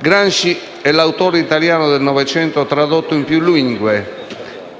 Gramsci è l'autore italiano del Novecento tradotto in più lingue: